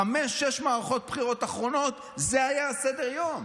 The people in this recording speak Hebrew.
בחמש-שש מערכות הבחירות האחרונות זה היה סדר-היום.